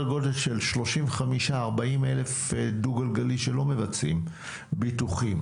35,000, 40,000 שלא מבצעים ביטוחים.